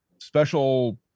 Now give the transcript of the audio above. special